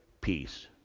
peace